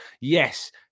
Yes